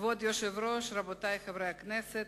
כבוד היושב-ראש, רבותי חברי הכנסת,